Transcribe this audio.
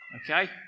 okay